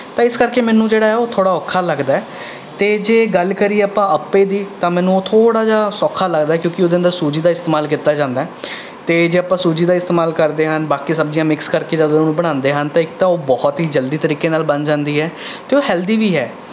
ਤਾਂ ਇਸ ਕਰਕੇ ਮੈਨੂੰ ਜਿਹੜਾ ਹੈ ਉਹ ਥੇੋੜ੍ਹਾ ਔਖਾ ਲੱਗਦਾ ਹੈ ਅਤੇ ਜੇ ਗੱਲ ਕਰੀਏ ਆਪਾਂ ਅੱਪੇ ਦੀ ਤਾਂ ਮੈਨੂੰ ਉਹ ਥੋੜ੍ਹਾ ਜਿਹਾ ਸੌਖਾ ਲੱਗਦਾ ਕਿਉਂਕਿ ਉਹਦੇ ਅੰਦਰ ਸੂਜੀ ਦਾ ਇਸਤੇਮਾਲ ਕੀਤਾ ਜਾਂਦਾ ਅਤੇ ਜੇ ਆਪਾਂ ਸੂਜੀ ਦਾ ਇਸਤੇਮਾਲ ਕਰਦੇ ਹਨ ਬਾਕੀ ਸਬਜ਼ੀਆਂ ਮਿਕਸ ਕਰਕੇ ਜਦ ਉਹਨੂੰ ਬਣਾਉਂਦੇ ਹਨ ਤਾਂ ਇੱਕ ਤਾਂ ਉਹ ਬਹੁਤ ਹੀ ਜਲਦੀ ਤਰੀਕੇ ਨਾਲ ਬਣ ਜਾਂਦੀ ਹੈ ਅਤੇ ਉਹ ਹੈਂਲਦੀ ਵੀ ਹੈ